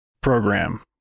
program